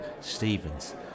Stevens